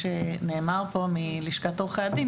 שנאמר כאן על ידי לשכת עורכי הדין.